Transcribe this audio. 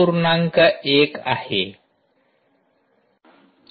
१ MQTT 3